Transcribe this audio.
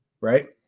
right